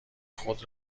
خود